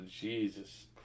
Jesus